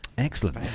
Excellent